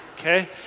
okay